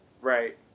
Right